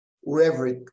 Wherever